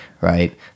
right